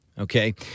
Okay